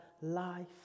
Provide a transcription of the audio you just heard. life